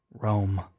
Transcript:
Rome